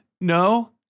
No